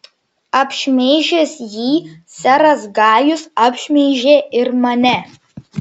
apšmeižęs jį seras gajus apšmeižė ir mane